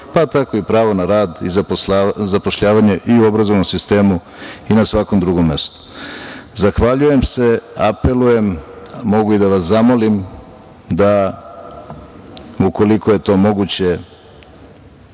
pa tako i pravo na rad i zapošljavanje i u obrazovnom sistemu i na svakom drugom mestu. Zahvaljujem se, apelujem, mogu i da vas zamolim da u koliko je to moguće